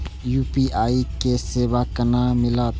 UPI के सेवा केना मिलत?